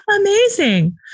amazing